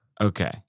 Okay